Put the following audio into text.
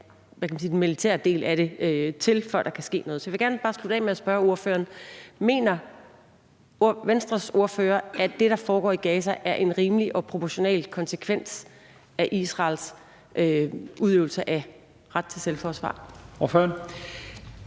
skal en afslutning af den militære del til, før der kan ske noget. Så jeg vil gerne bare slutte af med at spørge ordføreren, om Venstres ordfører mener, at det, der foregår i Gaza, er en rimelig og proportional konsekvens af Israels udøvelse af retten til selvforsvar. Kl.